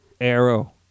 Arrow